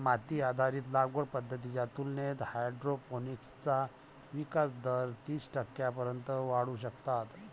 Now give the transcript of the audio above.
माती आधारित लागवड पद्धतींच्या तुलनेत हायड्रोपोनिक्सचा विकास दर तीस टक्क्यांपर्यंत वाढवू शकतात